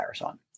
on